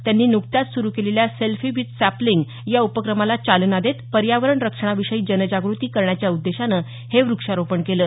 त्यांनी नुकत्याच सुरु केलेल्या सेल्फी विथ सॅपलिंग या उपक्रमाला चालना देत पर्यावरण रक्षणाविषयी जनजागृती करण्याच्या उद्देशानं हे वृक्षारोपण केलं